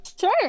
Sure